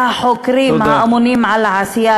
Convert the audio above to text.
והחוקרים האמונים על העשייה,